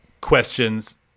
questions